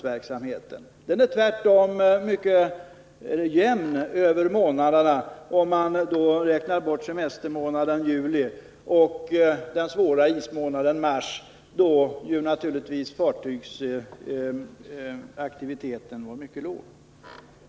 Verksamheten är tvärtom mycket jämnt fördelad över månaderna, om man räknar bort semestermånaden juli och den svåra ismånaden mars, då fartygsaktiviteten naturligtvis var mycket låg.